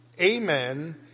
amen